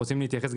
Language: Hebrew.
תדיר,